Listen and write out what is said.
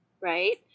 right